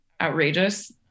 outrageous